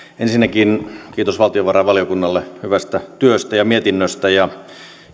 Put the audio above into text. ensinnäkin kiitos valtiovarainvaliokunnalle hyvästä työstä ja mietinnöstä ja